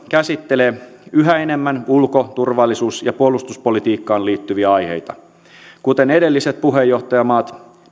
käsittelee yhä enemmän ulko turvallisuus ja puolustuspolitiikkaan liittyviä aiheita kuten edelliset puheenjohtajamaat